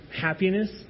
happiness